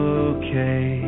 okay